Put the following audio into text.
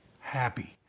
happy